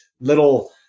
little